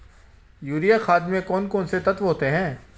Urea खाद में कौन कौन से तत्व होते हैं?